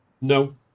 No